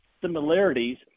similarities